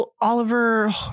Oliver